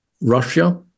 Russia